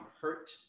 Hurt